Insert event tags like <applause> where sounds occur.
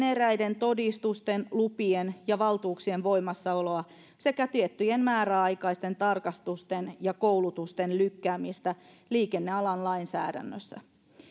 <unintelligible> eräiden todistusten lupien ja valtuuksien voimassaoloa sekä tiettyjen määräaikaisten tarkastusten ja koulutusten lykkäämistä liikennealan lainsäädännössä